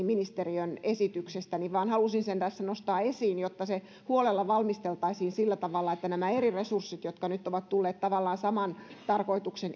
ministeriön esityksestä niin vain halusin sen tässä nostaa esiin jotta se huolella valmisteltaisiin sillä tavalla että nämä eri resurssit jotka nyt ovat tulleet tavallaan samaan tarkoitukseen